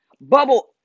bubble